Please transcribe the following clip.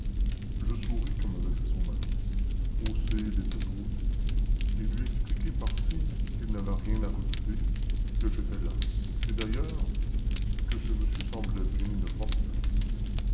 je souris comme avait fait son mari haussai les épaules et lui expliquai par signes qu'elle n'avait rien à redouter que j'étais là et d'ailleurs que ce monsieur semblait bien inoffensif